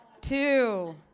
two